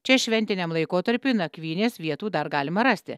čia šventiniam laikotarpiui nakvynės vietų dar galima rasti